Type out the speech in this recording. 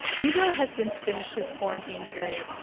hugo has since finished his quarantine period,